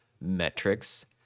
metrics